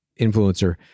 influencer